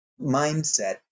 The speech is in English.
mindset